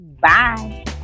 Bye